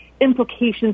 implications